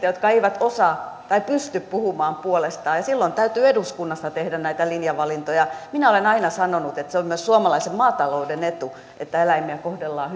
jotka eivät osaa puhua tai pysty puhumaan puolestaan ja silloin täytyy eduskunnassa tehdä näitä linjavalintoja minä olen aina sanonut että se on myös suomalaisen maatalouden etu että eläimiä kohdellaan